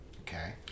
Okay